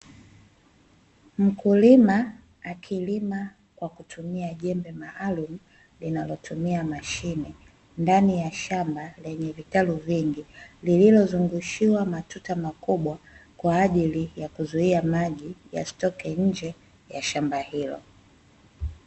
Mkulima akilima kwa kutumia jembe maalumu linalotumia mashine ndani ya shamba lenye vitalu vingi, lililozungushiwa matuta makubwa kwaajili ya kuzuia maji yasitoke nje ya shamba hilo.